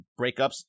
breakups